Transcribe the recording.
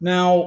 Now